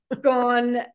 gone